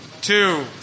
two